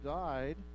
died